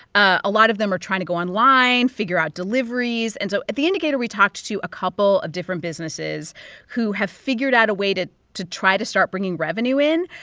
ah a lot of them are trying to go online, figure out deliveries and so at the indicator, we talked to to a couple of different businesses who have figured out a way to to try to start bringing revenue in.